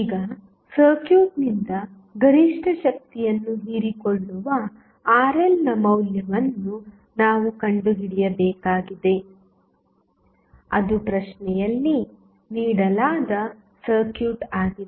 ಈಗ ಸರ್ಕ್ಯೂಟ್ನಿಂದ ಗರಿಷ್ಠ ಶಕ್ತಿಯನ್ನು ಹೀರಿಕೊಳ್ಳುವ RLನ ಮೌಲ್ಯವನ್ನು ನಾವು ಕಂಡುಹಿಡಿಯಬೇಕಾಗಿದೆ ಅದು ಪ್ರಶ್ನೆಯಲ್ಲಿ ನೀಡಲಾದ ಸರ್ಕ್ಯೂಟ್ ಆಗಿದೆ